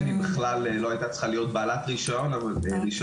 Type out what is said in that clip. היא בכלל לא הייתה צריכה להיות בעלת רישיון צלילה